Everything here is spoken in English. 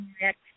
next